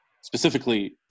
specifically